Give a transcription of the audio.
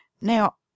Now